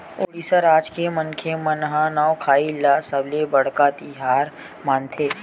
उड़ीसा राज के मनखे मन ह नवाखाई ल सबले बड़का तिहार मानथे